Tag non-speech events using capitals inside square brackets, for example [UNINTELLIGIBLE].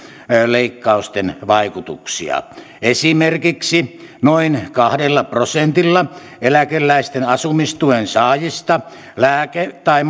leikkausten vaikutuksia esimerkiksi noin kahdella prosentilla eläkeläisten asumistuen saajista lääke tai [UNINTELLIGIBLE]